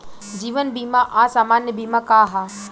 जीवन बीमा आ सामान्य बीमा का ह?